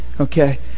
Okay